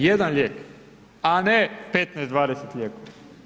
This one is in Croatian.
Jedan lijek, a ne 15, 20 lijekova.